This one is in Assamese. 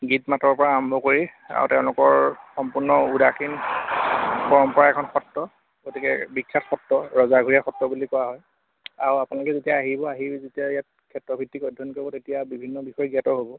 গীত মাতৰ পৰা আৰম্ভ কৰি আৰু তেওঁলোকৰ সম্পূৰ্ণ উদাসীন পৰম্পৰাৰ এখন সত্ৰ গতিকে বিখ্যাত সত্ৰ ৰজাঘৰীয়া সত্ৰ বুলি কোৱা হয় আৰু আপোনালোকে যেতিয়া আহিব আহি যেতিয়া ইয়াত ক্ষেত্ৰ ভিত্তিক অধ্যয়ন কৰিব তেতিয়া বিভিন্ন বিষয়ে জ্ঞাত হ'ব